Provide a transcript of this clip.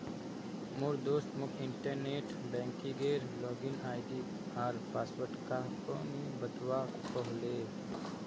मोर दोस्त मोक इंटरनेट बैंकिंगेर लॉगिन आई.डी आर पासवर्ड काह को नि बतव्वा कह ले